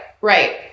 Right